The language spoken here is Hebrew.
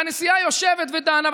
והנשיאה יושבת ודנה.